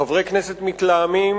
חברי כנסת מתלהמים,